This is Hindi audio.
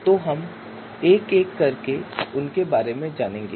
तो हम एक एक करके उनके बारे में जानेंगे